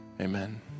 amen